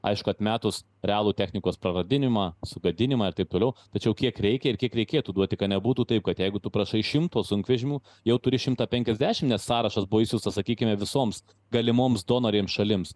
aišku atmetus realų technikos praradinimą sugadinimą ir taip toliau tačiau kiek reikia ir kiek reikėtų duoti ką nebūtų taip kad jeigu tu prašai šimto sunkvežimių jau turi šimtą penkiasdešim nes sąrašas buvo išsiųstas sakykime visoms galimoms donorėms šalims